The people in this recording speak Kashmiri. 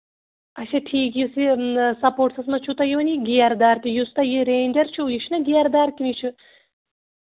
اَچھا ٹھیٖک یُس یہِ سَپوٹسَس منٛز چھُو یِوان تۅہہِ یہِ گیرٕ دار تہِ یُس تۄہہِ یہِ رینٛجر چھُ یہِ چھُناہ گیرٕ دار کِنہٕ یہِ چھُ